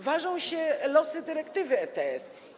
Ważą się losy dyrektywy ETS.